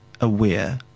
aware